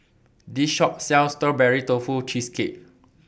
This Shop sells Strawberry Tofu Cheesecake